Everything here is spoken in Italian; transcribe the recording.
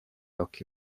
occhi